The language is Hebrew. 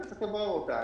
וצריך לברר אותה.